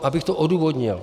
Abych to odůvodnil.